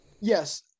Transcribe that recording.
yes